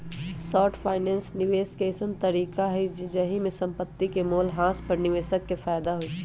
short finance निवेश के अइसँन तरीका हइ जाहिमे संपत्ति के मोल ह्रास पर निवेशक के फयदा होइ छइ